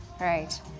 right